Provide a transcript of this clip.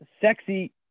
sexy